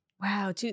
Wow